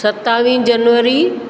सतावीह जनवरी